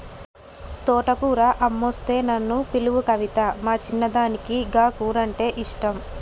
తోటకూర అమ్మొస్తే నన్ను పిలువు కవితా, మా చిన్నదానికి గా కూరంటే ఇష్టం